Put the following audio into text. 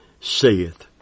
saith